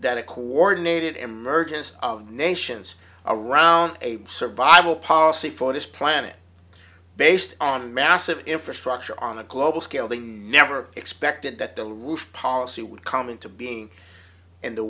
that a coordinated emergence of nations around a survival policy for this planet based on massive infrastructure on a global scale they never expected that the roof policy would come into being and